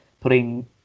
putting